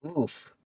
Oof